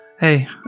hey